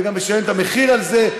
וגם לשלם את המחיר על זה.